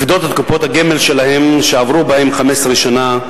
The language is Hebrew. לפדות את קופות הגמל שלהם, כשעברו 15 שנה,